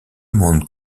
monde